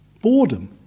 Boredom